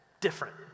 Different